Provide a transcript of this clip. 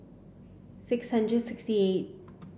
six hundred sixty eight